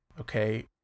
okay